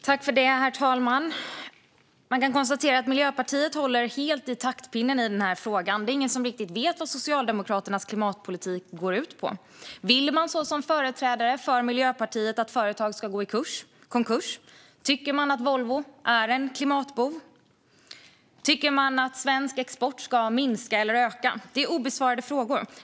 Herr talman! Man kan konstatera att Miljöpartiet håller i taktpinnen i denna fråga. Det är ingen som riktigt vet vad Socialdemokraternas klimatpolitik går ut på. Vill man, liksom företrädare för Miljöpartiet, att företag ska gå i konkurs? Tycker man att Volvo är en klimatbov? Tycker man att svensk export ska minska eller öka? Det är obesvarade frågor.